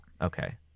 Okay